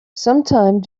sometime